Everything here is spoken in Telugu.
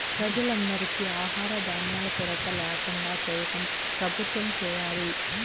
ప్రజలందరికీ ఆహార ధాన్యాల కొరత ల్యాకుండా చేయటం ప్రభుత్వం చేయాలి